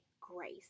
grace